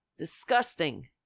Disgusting